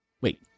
wait